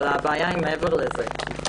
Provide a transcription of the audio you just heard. אבל הבעיה היא מעבר לזה,